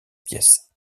pièce